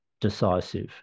decisive